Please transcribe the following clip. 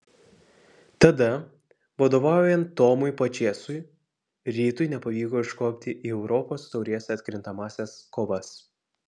tada vadovaujant tomui pačėsui rytui nepavyko iškopti į europos taurės atkrintamąsias kovas